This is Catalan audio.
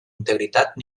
integritat